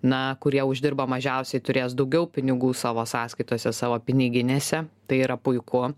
na kurie uždirba mažiausiai turės daugiau pinigų savo sąskaitose savo piniginėse tai yra puiku